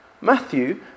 Matthew